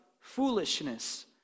foolishness